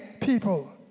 people